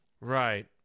Right